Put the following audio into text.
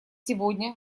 сегодня